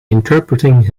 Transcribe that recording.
interpreting